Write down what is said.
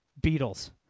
beatles